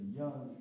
young